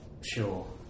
sure